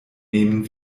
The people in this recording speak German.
nehmen